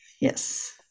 Yes